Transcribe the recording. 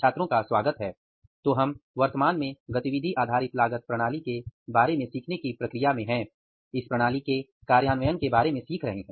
छात्रों का स्वागत है तो हम वर्तमान में गतिविधि आधारित लागत प्रणाली के बारे में सीखने की प्रक्रिया में हैं इस प्रणाली के कार्यान्वयन के बारे में सीख रहे हैं